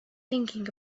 thinking